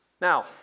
Now